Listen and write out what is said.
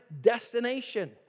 destination